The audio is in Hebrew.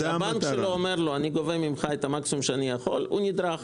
כשהבנק שלו אומר לו: אני גובה ממך את המקסימום שאני יכול הוא נדרך,